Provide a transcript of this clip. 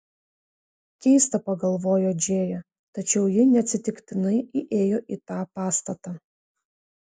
keista pagalvojo džėja tačiau ji neatsitiktinai įėjo į tą pastatą